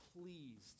pleased